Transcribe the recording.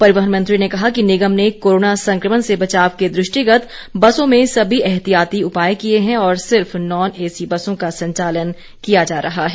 परिवहन मंत्री ने कहा कि निगम ने कोरोना संक्रमण से बचाव के दृष्टिगत बसों में सभी एहतियाती उपाय किए हैं और सिर्फ नॉन एसी बसों का संचालन किया जा रहा है